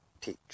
teach